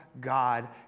God